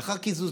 לאחר קיזוז,